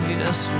Yes